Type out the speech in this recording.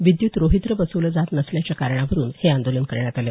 विद्युत रोहीत्र बसवलं जात नसल्याच्या कारणावरून हे आंदोलन करण्यात आलं